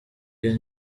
iyo